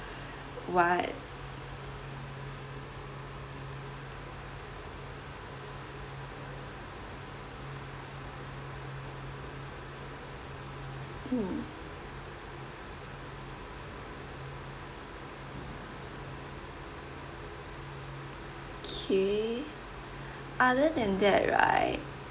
[what] hmm K other than that right